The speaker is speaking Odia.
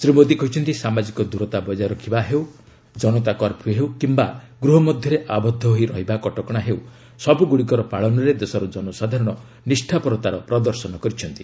ଶ୍ରୀ ମୋଦୀ କହିଛନ୍ତି ସାମାଜିକ ଦୂରତା ବଜାୟ ରଖିବା ହେଉ ଜନତା କର୍ଫ୍ୟୁ ହେଉ କିମ୍ବା ଗୃହ ମଧ୍ୟରେ ଆବଦ୍ଧ ହୋଇ ରହିବା କଟକଣା ହେଉ ସବୁଗୁଡ଼ିକର ପାଳନରେ ଦେଶର ଜନସାଧାରଣ ନିଷ୍ଠାପରତାର ପ୍ରଦର୍ଶନ କରିଛନ୍ତି